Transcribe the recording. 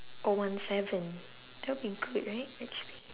or one seven that'll be good right actually